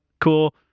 cool